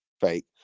fake